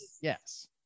Yes